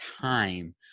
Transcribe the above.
time